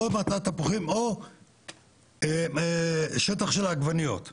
מטע תפוחים או שטח של עגבניות,